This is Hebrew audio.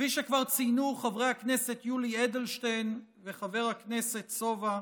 כפי שכבר ציינו חבר הכנסת יולי אדלשטיין וחבר הכנסת סובה,